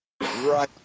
Right